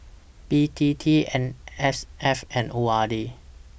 B T T M S F and O R D